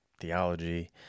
theology